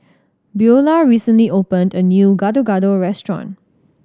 Beulah recently opened a new Gado Gado restaurant